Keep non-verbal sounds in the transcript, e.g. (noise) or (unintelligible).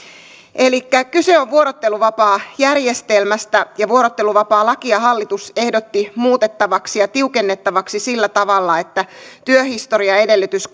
kyse on vuorotteluvapaajärjestelmästä vuorotteluvapaalakia hallitus ehdotti muutettavaksi ja tiukennettavaksi sillä tavalla että työhistoriaedellytys (unintelligible)